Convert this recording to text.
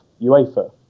UEFA